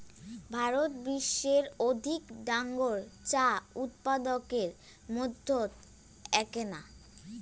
ভারত বিশ্বর অধিক ডাঙর চা উৎপাদকের মইধ্যে এ্যাকনা